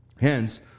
Hence